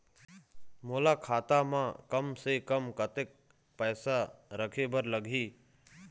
मोला खाता म कम से कम कतेक पैसा रखे बर लगही?